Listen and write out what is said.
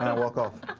walk off.